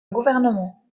gouvernement